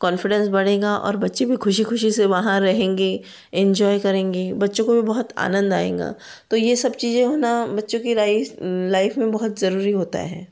confidence बढ़ेगा और बच्चे भी खुशी खुशी से वहाँ रहेंगे एंजॉय करेंगे बच्चो को भी बहुत आनंद आएगा तो यह सब चीज़ें होना बच्चों की लाइस लाइफ़ में बहुत जरूरी होता है